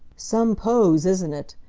some pose, isn't it!